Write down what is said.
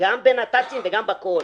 גם בנת"צים וגם בכול.